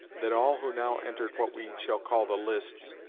that all who now entered what we shall call the lists,